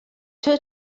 two